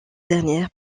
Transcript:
dernière